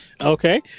okay